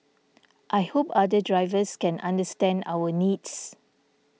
I hope other drivers can understand our needs